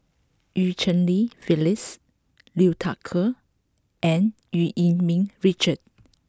Eu Cheng Li Phyllis Liu Thai Ker and Eu Yee Ming Richard